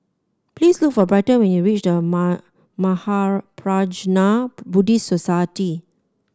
please look for Bryton when you reach The Mahaprajna Buddhist Society